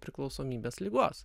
priklausomybės ligos